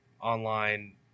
online